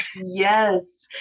Yes